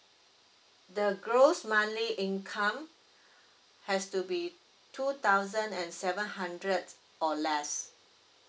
the gross monthly income has to be two thousand and seven hundred or less